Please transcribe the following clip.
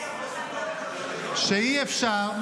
שאי-אפשר.